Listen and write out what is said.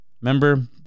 Remember